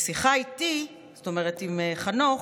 בשיחה איתי, זאת אומרת, עם חנוך,